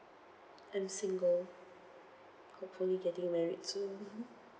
I'm single hopefully getting married soon